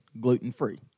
gluten-free